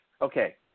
Okay